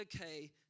okay